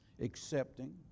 accepting